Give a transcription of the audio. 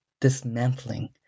dismantling